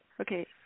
Okay